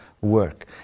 work